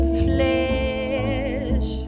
flesh